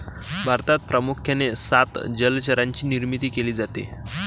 भारतात प्रामुख्याने सात जलचरांची निर्मिती केली जाते